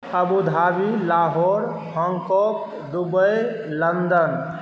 Abu Dhabi Lahore Hong Kong Dubai London